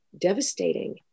devastating